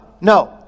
no